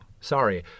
Sorry